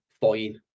fine